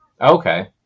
Okay